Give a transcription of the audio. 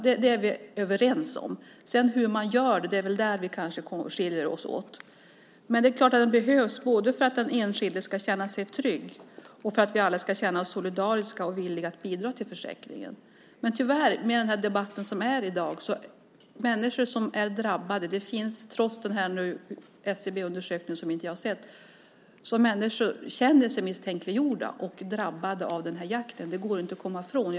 Det är vi överens om. Hur man gör det är väl det där vi skiljer oss åt. Men det är klart att den behövs både för att den enskilde ska känna sig trygg och för att vi alla ska känna oss solidariska och villiga att bidra till försäkringen. Tyvärr känner sig människor misstänkliggjorda - jag har inte sett SCB-undersökningen - och drabbade av jakten. Det går inte att komma ifrån.